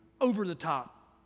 over-the-top